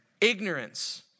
Ignorance